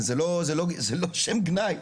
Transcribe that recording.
אבל זה לא שם גנאי.